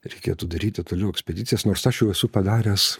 reikėtų daryti toliau ekspedicijas nors aš jau esu padaręs